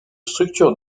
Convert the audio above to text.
structure